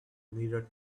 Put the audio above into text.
mirror